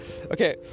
Okay